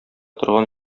торган